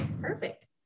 perfect